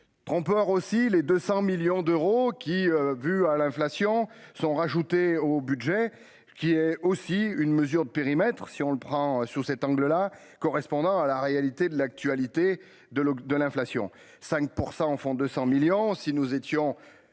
Transports aussi les 200 millions d'euros, qui a vu à l'inflation sont rajoutés au budget qui est aussi une mesure de périmètre si on le prend sous cet angle-là, correspondant à la réalité de l'actualité de l'de l'inflation, 5 pour 100 enfants 200 millions